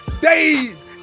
days